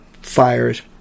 fires